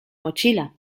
mochila